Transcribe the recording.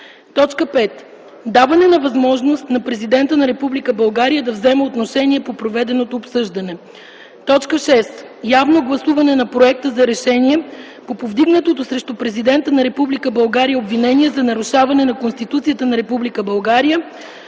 5. Даване на възможност на президента на Република България да вземе отношение по проведеното обсъждане. 6. Явно гласуване на Проекта за решение по повдигнатото срещу президента на Република България обвинение за нарушаване на Конституцията на Република България